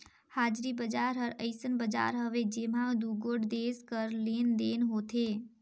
हाजरी बजार हर अइसन बजार हवे जेम्हां दुगोट देस कर लेन देन होथे